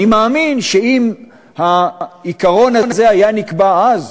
אני מאמין שאם העיקרון הזה היה נקבע אז,